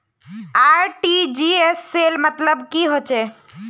RTGS cell मतलब की होचए?